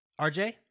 RJ